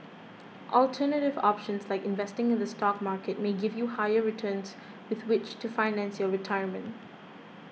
alternative options like investing in the stock market may give you higher returns with which to finance your retirement